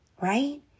Right